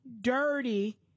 dirty